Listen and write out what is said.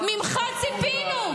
ממך ציפינו.